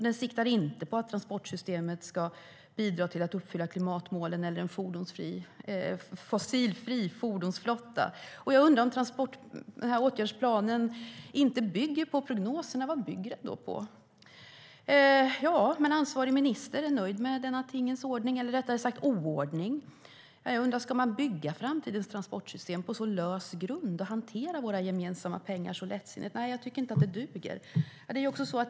Den siktar inte på att transportsystemet ska bidra till att uppfylla klimatmålen eller målet om en fossilfri fordonsflotta. Om åtgärdsplanen inte bygger på prognoserna, vad bygger den då på? Ansvarig minister är nöjd med denna tingens ordning, eller rättare sagt oordning. Ska man bygga framtidens transportsystem på så lös grund? Ska man hantera våra gemensamma pengar så lättsinnigt? Nej, jag tycker inte att det duger.